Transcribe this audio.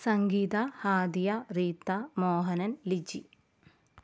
Sangeetha Hadiya Reetha Mohanan Liji